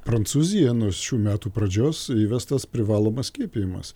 prancūzija nuo šių metų pradžios įvestas privalomas skiepijimas